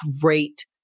great